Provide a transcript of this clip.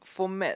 for math